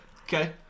Okay